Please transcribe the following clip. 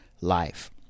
life